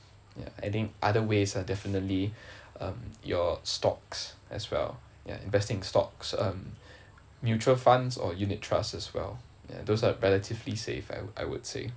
ya I think other ways are definitely um your stocks as well ya investing stocks and mutual funds or unit trust as well ya those are relatively safe I I would say